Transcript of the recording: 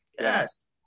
Yes